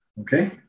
Okay